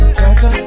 Cha-cha